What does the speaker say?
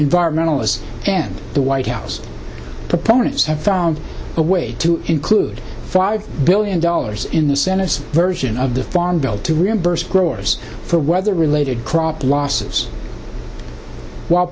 environmentalist and the white house proponents have found a way to include five billion dollars in the senate version of the farm bill to reimburse growers for weather related crop losses while